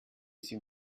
sie